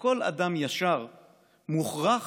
שזה מגיע